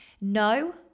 no